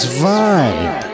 vibe